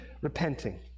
repenting